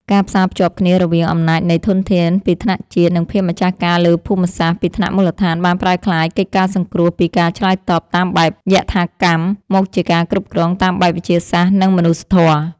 ការផ្សារភ្ជាប់គ្នារវាង អំណាចនៃធនធាន ពីថ្នាក់ជាតិ និងភាពម្ចាស់ការលើភូមិសាស្ត្រ ពីថ្នាក់មូលដ្ឋានបានប្រែក្លាយកិច្ចការសង្គ្រោះពីការឆ្លើយតបតាមបែបយថាកម្ម មកជាការគ្រប់គ្រងតាមបែបវិទ្យាសាស្ត្រ និងមនុស្សធម៌។